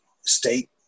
state